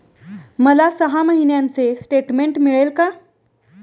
मला सहा महिन्यांचे स्टेटमेंट मिळेल का?